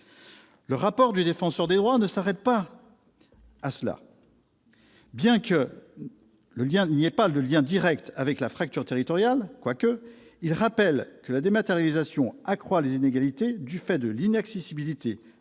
Le rapport du Défenseur des droits ne s'arrête pas à cela. Bien qu'elle n'ait pas de lien direct avec la fracture territoriale- quoique -, il rappelle que la dématérialisation accroît les inégalités du fait de l'inaccessibilité